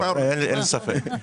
אין ספק.